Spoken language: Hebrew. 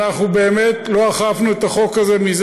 אנחנו באמת לא אכפנו את החוק הזה מזה